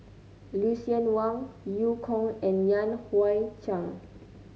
Lucien Wang Eu Kong and Yan Hui Chang